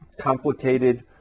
complicated